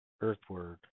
earthward